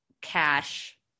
cash